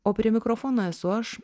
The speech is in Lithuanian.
o prie mikrofono esu aš